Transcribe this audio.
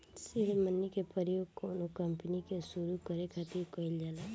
seed money के प्रयोग कौनो कंपनी के सुरु करे खातिर कईल जाला